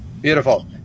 Beautiful